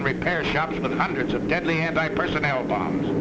and repair shop in the hundreds of deadly anti personnel bombs